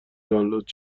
دانلود